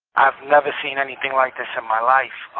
i've never seen anything like this in my life.